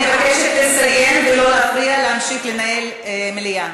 אני מבקשת לסיים ולא להפריע להמשיך לנהל את המליאה.